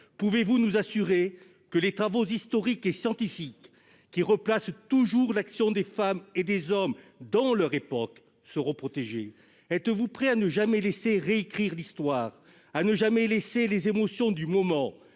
Premier ministre, que les travaux historiques et scientifiques, qui replacent toujours l'action des femmes et des hommes dans leur époque, seront protégés ? Êtes-vous prêt à ne jamais laisser récrire l'histoire, à ne jamais laisser faire le tri entre